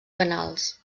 canals